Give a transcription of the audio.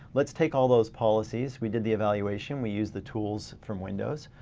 let's take all those policies, we did the evaluation, we used the tools from windows.